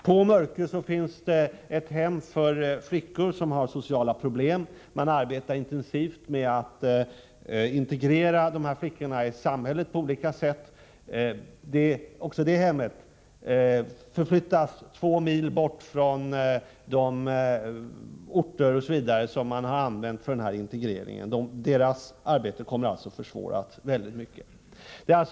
På Mörkö finns också ett hem för flickor som har sociala problem. Man arbetar intensivt med att på olika sätt integrera flickorna i samhället. Också det hemmet blir så att säga förflyttat 2 mil bort från de orter som man har använt för denna integrering. Det innebär att arbetet kommer att försvåras mycket.